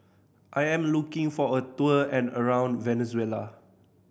I am looking for a tour around Venezuela